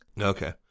Okay